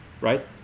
right